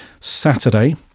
Saturday